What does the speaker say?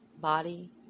body